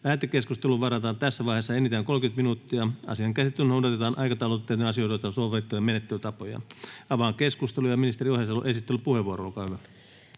Lähetekeskusteluun varataan tässä vaiheessa enintään 30 minuuttia. Asian käsittelyssä noudatetaan aikataulutettujen asioiden osalta sovittuja menettelytapoja. — Avaan keskustelun. Ministeri Ohisalo, esittelypuheenvuoro, olkaa hyvä.